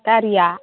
गारिया